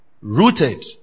Rooted